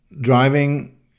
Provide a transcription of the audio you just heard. driving